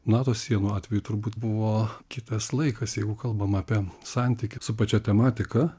nato sienų atveju turbūt buvo kitas laikas jeigu kalbam apie santykį su pačia tematika